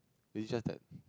maybe just that